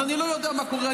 אז אני לא יודע מה קורה.